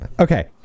Okay